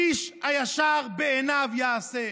איש הישר בעיניו יעשה".